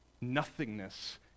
Nothingness